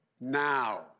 now